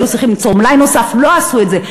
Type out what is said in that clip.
היו צריכים ליצור מלאי נוסף, לא עשו את זה.